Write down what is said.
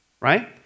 Right